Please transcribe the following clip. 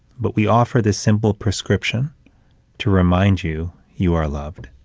but we offer this simple prescription to remind you, you are loved.